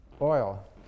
oil